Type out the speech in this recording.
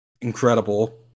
incredible